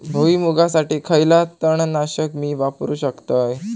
भुईमुगासाठी खयला तण नाशक मी वापरू शकतय?